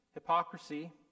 Hypocrisy